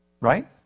Right